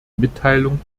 mitteilung